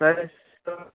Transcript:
size त